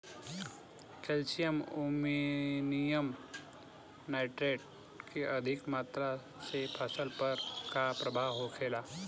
Calcium ammonium nitrate के अधिक मात्रा से फसल पर का प्रभाव होखेला?